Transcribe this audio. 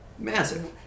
Massive